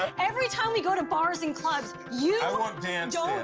every time we go to bars and clubs, you don't dance!